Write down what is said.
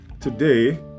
today